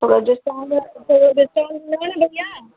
थोरो डिस्काउंट कयो न भैया